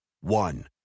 One